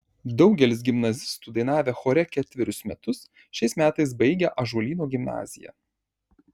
daugelis gimnazistų dainavę chore ketverius metus šiais metais baigia ąžuolyno gimnaziją